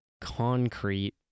concrete